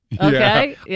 Okay